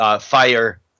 fire